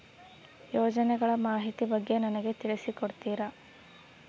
ಯೋಜನೆಗಳ ಮಾಹಿತಿ ಬಗ್ಗೆ ನನಗೆ ತಿಳಿಸಿ ಕೊಡ್ತೇರಾ?